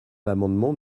l’amendement